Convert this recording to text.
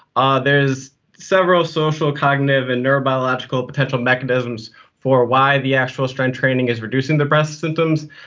ah there's several social, cognitive and neurobiological potential mechanisms for why the actual strength training is reducing depressive symptoms.